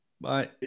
Bye